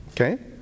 Okay